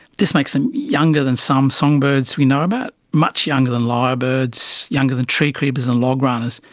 this makes them younger than some songbirds we know about, much younger than lyrebirds, younger than tree creepers and log runners,